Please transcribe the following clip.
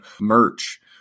merch